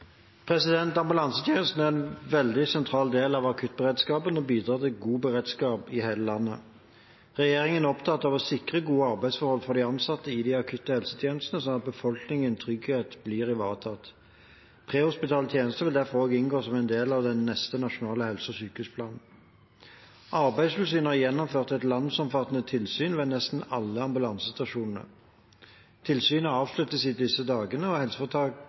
Ambulansetjenesten er en veldig sentral del av akuttberedskapen og bidrar til god beredskap i hele landet. Regjeringen er opptatt av å sikre gode arbeidsforhold for de ansatte i de akutte helsetjenestene, sånn at befolkningens trygghet blir ivaretatt. Prehospitale tjenester vil derfor også inngå som en del av den neste nasjonale helse- og sykehusplanen. Arbeidstilsynet har gjennomført et landsomfattende tilsyn ved nesten alle ambulansestasjonene. Tilsynet avsluttes i disse dager, og